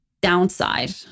downside